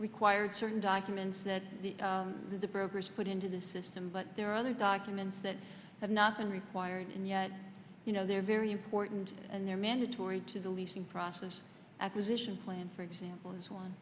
required certain documents that the brokers put into the system but there are other documents that have not been required and yet you know they're very important and they're mandatory to the leasing process acquisition plan for example is one